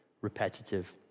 repetitive